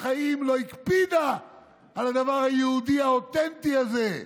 בחיים לא הקפידה על הדבר היהודי האותנטי הזה.